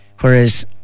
whereas